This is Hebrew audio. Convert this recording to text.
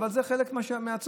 אבל זה חלק מהצורך.